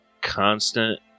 constant